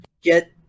get